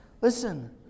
listen